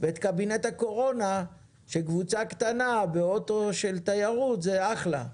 ואת קבינט הקורונה שקבוצה קטנה באוטו של תיירות זה אחלה.